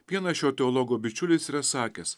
vienas šio teologo bičiulis yra sakęs